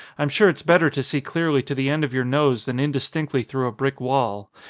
i'm sure it's better to see clearly to the end of your nose than indis tinctly through a brick wall.